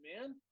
man